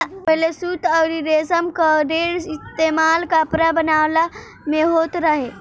पहिले सूत अउरी रेशम कअ ढेर इस्तेमाल कपड़ा बनवला में होत रहे